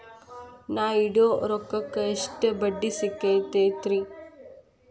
ನಾ ಇಡೋ ರೊಕ್ಕಕ್ ಎಷ್ಟ ಬಡ್ಡಿ ಸಿಕ್ತೈತ್ರಿ?